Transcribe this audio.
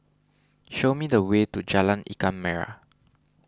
show me the way to Jalan Ikan Merah